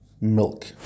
milk